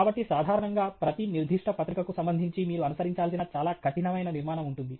కాబట్టి సాధారణంగా ప్రతి నిర్దిష్ట పత్రికకు సంబంధించి మీరు అనుసరించాల్సిన చాలా కఠినమైన నిర్మాణం ఉంటుంది